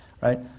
right